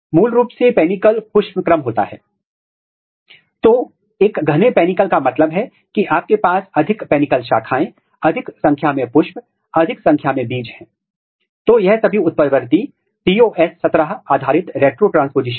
तब अब इसे जीन से एक प्रमोटर गतिविधि मिली है जो पंखुड़ी की अभिव्यक्ति की तरह है और फिर आपके पास यहां एक रिपोर्टर जीन है